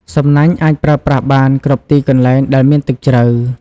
សំណាញ់អាចប្រើប្រាស់បានគ្រប់ទីកន្លែងដែលមានទឹកជ្រៅ។